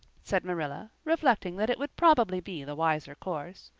said marilla, reflecting that it would probably be the wiser course.